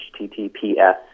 HTTPS